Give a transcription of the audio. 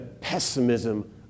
pessimism